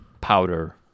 powder